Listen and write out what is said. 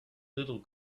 little